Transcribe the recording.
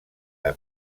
ara